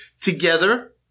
together